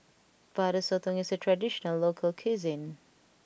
Butter Sotong is a traditional local cuisine